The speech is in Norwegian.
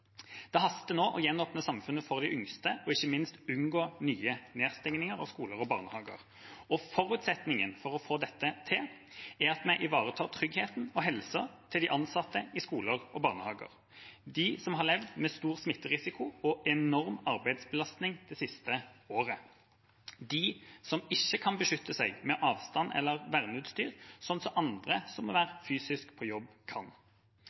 Det haster nå med å gjenåpne samfunnet for de yngste og ikke minst unngå ny nedstengning av skoler og barnehager. Forutsetningen for å få dette til er at vi ivaretar tryggheten og helsa til de ansatte i skoler og barnehager, de som har levd med stor smitterisiko og enorm arbeidsbelastning det siste året, og som ikke kan beskytte seg med avstand eller verneutstyr, som andre som må være fysisk på jobb, kan.